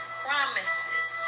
promises